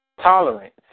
tolerance